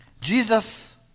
Jesus